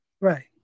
Right